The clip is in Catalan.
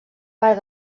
part